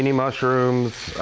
mushrooms,